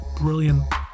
Brilliant